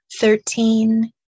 thirteen